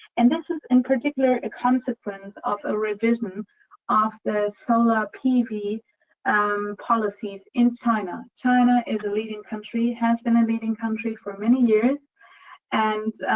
and this is, in particular, a consequence of a revision after solar pv um policies in china. china is a leading country has been a leading country for many years and,